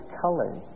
colors